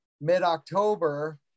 mid-october